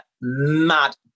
mad